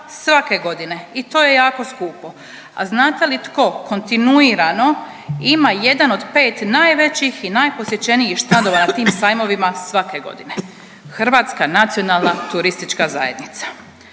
svake godine i to je jako skupo. A znate li tko kontinuirano ima jedan od 5 najvećih i najposjećenijih štandova na tim sajmovima svake godine? Hrvatska nacionalna turistička zajednica.